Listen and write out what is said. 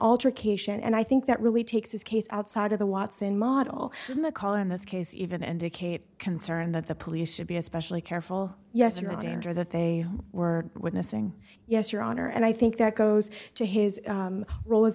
alter cation and i think that really takes this case outside of the watson model and the call in this case even indicate concern that the police should be especially careful yes your honor that they were witnessing yes your honor and i think that goes to his role as